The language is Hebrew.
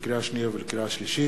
לקריאה שנייה ולקריאה שלישית,